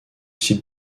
site